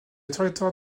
territoire